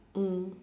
mm